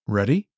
Ready